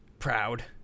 Proud